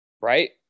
right